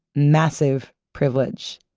massive privilege.